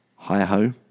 Hi-ho